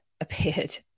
appeared